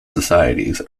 societies